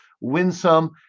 winsome